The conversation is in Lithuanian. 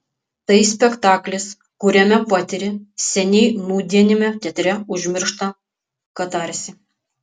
tai spektaklis kuriame patiri seniai nūdieniame teatre užmirštą katarsį